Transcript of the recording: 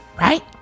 Right